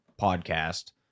podcast